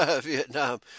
Vietnam